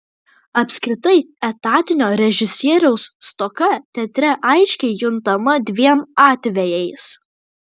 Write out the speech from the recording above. apskritai etatinio režisieriaus stoka teatre aiškiai juntama dviem atvejais